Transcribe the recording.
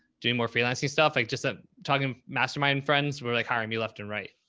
doing more freelancing stuff like just ah talking mastermind friends were like hiring me left and right.